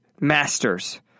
masters